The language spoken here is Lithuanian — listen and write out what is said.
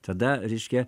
tada reiškia